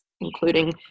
including